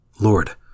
Lord